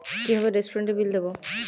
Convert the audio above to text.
কিভাবে রেস্টুরেন্টের বিল দেবো?